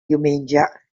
diumenge